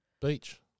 beach